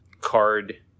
card